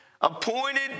appointed